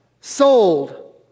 Sold